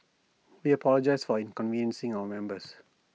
we apologise for inconveniencing our members